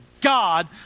God